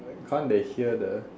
can't they hear the